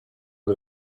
and